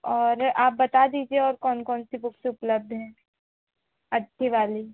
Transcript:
और आप बता दीजिए और कौन कौन सी बुक्स उपलब्ध है अच्छी वाली